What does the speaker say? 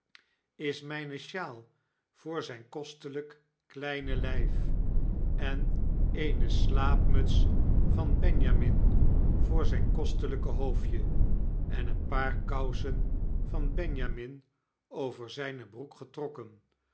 is mijne sjaal voor zyn kostelyk kleine lyf en eene slaapmuts van benjamin voor zyn kostelyke hoofdje en een paar kousen van benjamin over zyne broek getrokken